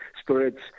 spirits